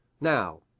Now